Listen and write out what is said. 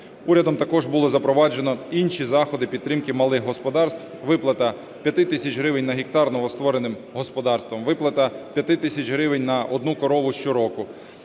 Урядом також було запроваджено інші заходи підтримки малих господарств: виплата 5 тисяч гривень на гектар новоствореним господарствам, виплата 5 тисяч гривень на одну корову щороку,